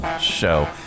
Show